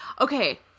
Okay